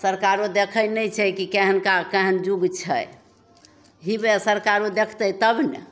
सरकारो देखै नहि छै कि केहन काज केहन जुग छै हिबे सरकारो देखतै तब ने